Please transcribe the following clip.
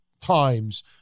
times